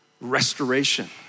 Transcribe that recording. Restoration